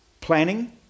planning